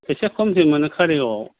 एसे खमसिनाव मोनो कारिगावआव